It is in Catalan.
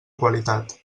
qualitat